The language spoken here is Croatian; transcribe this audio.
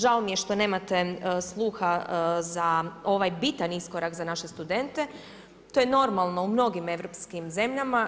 Žao mi je što nemate sluha za ovaj bitan iskorak za naše studente, to je normalno u mnogim europskim zemljama.